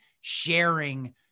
sharing